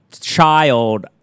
child